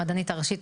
המדענית הראשית,